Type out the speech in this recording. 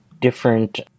different